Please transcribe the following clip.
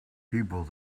people